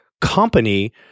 company